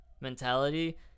mentality